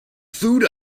food